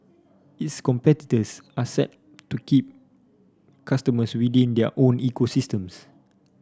its competitors are set to keep customers within their own ecosystems